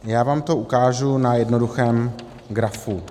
Já vám to ukážu na jednoduchém grafu.